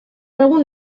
egun